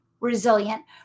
resilient